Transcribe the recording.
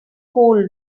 cool